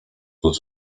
plus